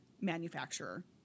manufacturer